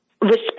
respect